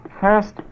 first